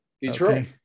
Detroit